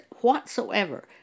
whatsoever